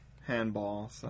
handball